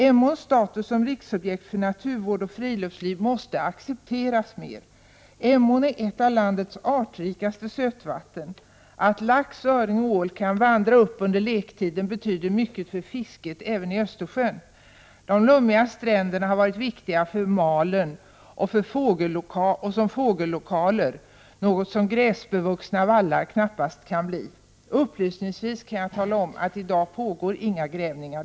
Emåns status som riksobjekt för naturvård och friluftsliv måste accepteras mer. Emån är ett av landets artrikaste sötvatten. Att lax, öring och ål kan vandra upp under lektiden betyder mycket för fisket även i Östersjön. De lummiga stränderna har varit viktiga för malen och som fågellokaler — något som gräsbevuxna vallar knappast kan bli. Upplysningsvis kan jag tala om att det för närvarande inte pågår några grävningar.